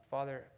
Father